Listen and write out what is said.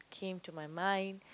came to my mind